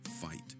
fight